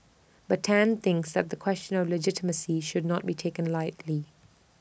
but Tan thinks that the question of legitimacy should not be taken lightly